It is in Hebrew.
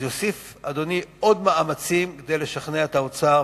יוסיף אדוני עוד מאמצים כדי לשכנע את האוצר,